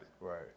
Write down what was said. right